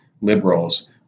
Liberals